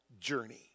journey